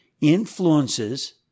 influences